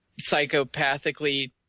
psychopathically